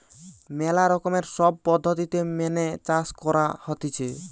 ম্যালা রকমের সব পদ্ধতি মেনে চাষ করা হতিছে